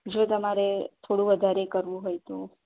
જો તમારે થોડું વધારે કરવું હોય તો